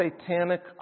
satanic